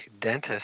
dentist